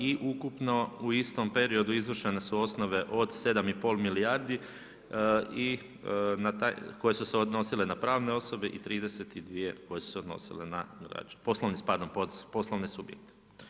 I ukupno u istom periodu izvršene su osobe od 7,5 milijardi, koje su se odnosile na pravne osobe i 32 koje su se odnosile na poslovne subjekte.